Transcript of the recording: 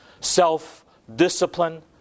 Self-discipline